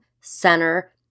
center